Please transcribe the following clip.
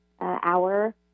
hour